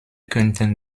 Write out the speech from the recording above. könnten